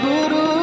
Guru